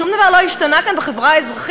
שום דבר לא השתנה כאן בחברה האזרחית,